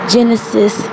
Genesis